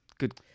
Good